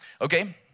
okay